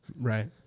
Right